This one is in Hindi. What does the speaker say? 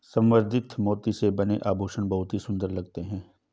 संवर्धित मोती से बने आभूषण बहुत ही सुंदर लगते हैं